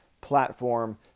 platform